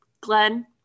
Glenn